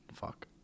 Fuck